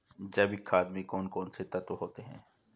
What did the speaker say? जैविक खाद में कौन कौन से तत्व होते हैं?